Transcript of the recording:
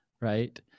right